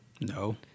No